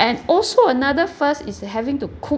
and also another first is having to cook